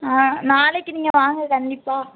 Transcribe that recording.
ஆ நாளைக்கு நீங்க வாங்க கண்டிப்பாக